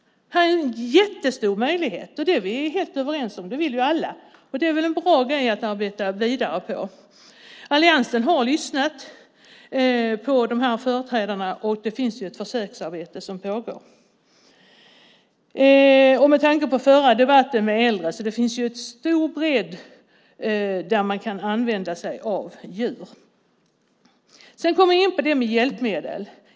Här är en jättestor möjlighet. Det är vi överens om. Det är väl något bra att arbeta vidare med. Alliansen har lyssnat på de olika företrädarna. Det pågår ett försöksarbete. Med tanke på den förra debatten om äldre finns det flera områden där man kan använda sig av djur. Så har vi frågan om hjälpmedel.